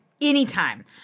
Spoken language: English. anytime